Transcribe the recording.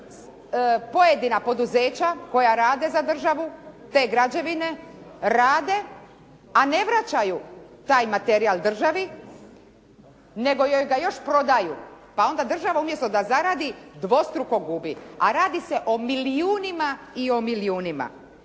pojedina poduzeća, koja rade za državu te građevine rade, a ne vraćaju taj materijal državi, nego joj ga još prodaju, pa onda država umjesto da zaradi dvostruko gubi, a radi se o milijunima i o milijunima.